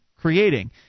creating